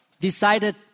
decided